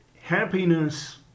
happiness